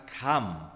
come